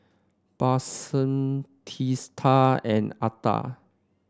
Babasaheb Teesta and Atal